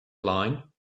line